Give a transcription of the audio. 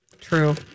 True